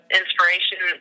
inspiration